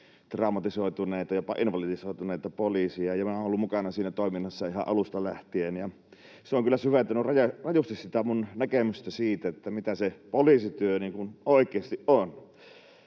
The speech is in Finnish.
traumatisoituneita ja jopa invalidisoituneita poliiseja. Minä olen ollut mukana siinä toiminnassa ihan alusta lähtien, ja se on kyllä syventänyt rajusti minun näkemystäni siitä, mitä se poliisityö oikeasti on.